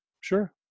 sure